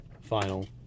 final